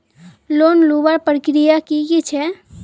Loan लुबार प्रक्रिया की की छे?